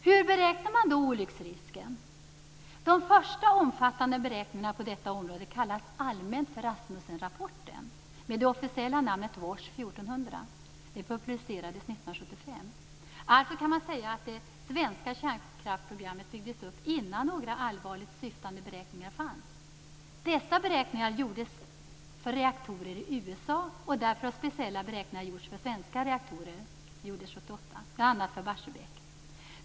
Hur beräknas då olycksrisken? De första omfattande beräkningarna på området kallas allmänt för 1400. De publicerades 1975. Alltså går det att säga att det svenska kärnkraftsprogrammet byggdes upp innan några allvarligt syftande beräkningar fanns. Dessa beräkningar gjordes för reaktorer i USA. År 1978 gjordes speciella beräkningar gjorts för svenska reaktorer, bl.a. Barsebäck.